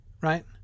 Right